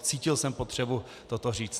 Cítil jsem potřebu toto říct.